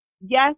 yes